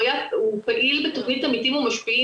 שהוא פעיל בתוכנית 'עמיתים ומשפיעים',